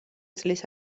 წლის